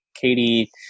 katie